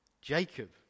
Jacob